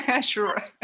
Sure